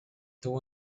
tuvo